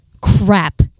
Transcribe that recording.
crap